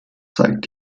zeigt